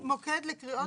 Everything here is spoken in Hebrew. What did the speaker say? לא, מוקד לקריאות חירום.